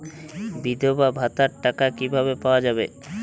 বিধবা ভাতার টাকা কিভাবে পাওয়া যাবে?